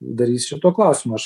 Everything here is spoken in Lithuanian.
darys šituo klausimu aš